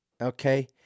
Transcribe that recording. Okay